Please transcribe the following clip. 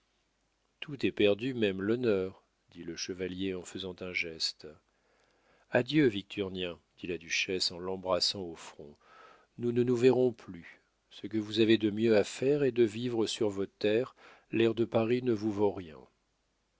tout est perdu même l'honneur dit le chevalier en faisant un geste adieu victurnien dit la duchesse en l'embrassant au front nous ne nous verrons plus ce que vous avez de mieux à faire est de vivre sur vos terres l'air de paris ne vous vaut rien